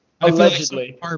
Allegedly